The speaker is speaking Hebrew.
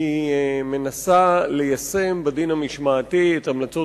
היא מנסה ליישם בדין המשמעתי את המלצות